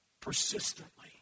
persistently